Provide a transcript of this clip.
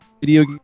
video